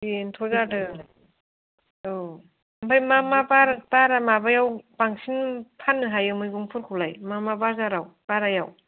बेनोथ' जादों औ आमफ्राय मा मा बाराय बाराय माबायाव बांसिन फाननो हायो मैगंफोरखौलाय मा मा बाजाराव बारायाव